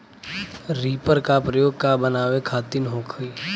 Reaper का प्रयोग का बनावे खातिन होखि?